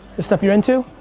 the stuff you're into?